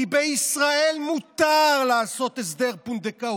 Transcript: כי בישראל מותר לעשות הסכם פונדקאות,